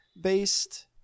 based